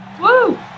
Woo